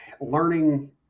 learning